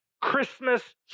Christmas